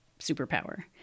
superpower